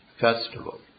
festival